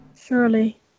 Surely